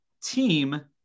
team